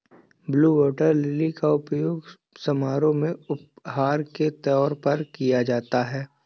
blue water lily का प्रयोग समारोह में उपहार के तौर पर किया जाता है